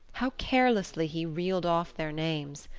how carelessly he reeled off their names!